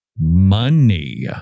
money